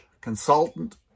consultant